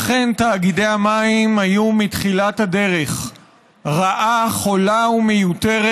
אכן תאגידי המים היו מתחילת הדרך רעה חולה ומיותרת,